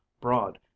broad